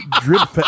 drip